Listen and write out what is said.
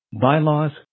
Bylaws